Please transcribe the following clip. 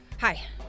Hi